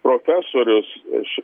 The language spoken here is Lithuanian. profesorius iš